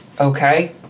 okay